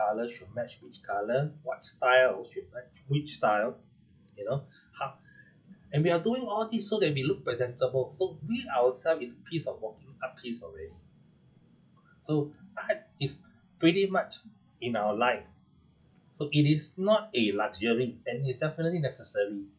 ~lour should match which colour what style should match which style you know h~ and we're doing all these so that we look presentable so we ourself is a piece of walking art piece already so art is pretty much in our life so it is not a luxury and is definitely necessary